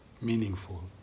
meaningful